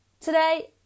today